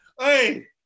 Hey